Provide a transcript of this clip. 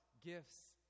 gifts